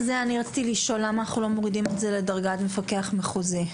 למה לא מורידים את זה לדרגת מפקח מחוזי?